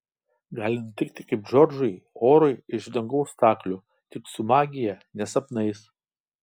gali nutikti kaip džordžui orui iš dangaus staklių tik su magija ne sapnais